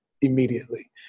Immediately